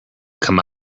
come